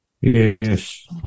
Yes